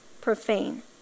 profane